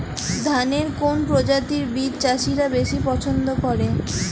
ধানের কোন প্রজাতির বীজ চাষীরা বেশি পচ্ছন্দ করে?